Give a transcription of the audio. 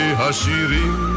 hashirim